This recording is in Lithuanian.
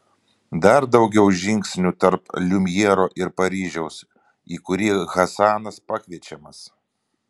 dar daugiau žingsnių tarp liumjero ir paryžiaus į kurį hasanas pakviečiamas